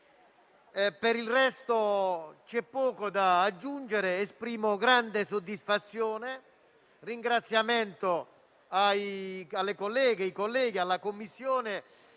Per il resto, c'è poco da aggiungere. Esprimo grande soddisfazione e ringraziamento alle colleghe, ai colleghi, alla Commissione